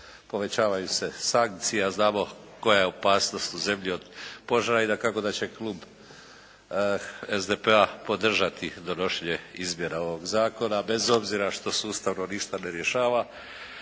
Povećavaju se sankcije, a znamo koja je opasnost u zemlji od požara i dakako da će Klub SDP-a podržati donošenje izmjena ovog zakona bez obzira što sustavno ništa ne rješava,